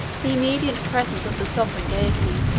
the immediate presence of the sovereign deity.